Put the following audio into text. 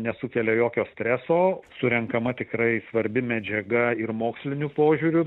nesukelia jokio streso surenkama tikrai svarbi medžiaga ir moksliniu požiūriu